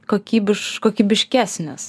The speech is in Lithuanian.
kokybišk kibiškesnis